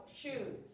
shoes